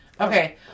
Okay